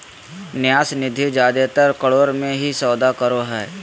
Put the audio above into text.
न्यास निधि जादेतर करोड़ मे ही सौदा करो हय